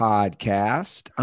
Podcast